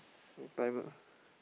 no time ah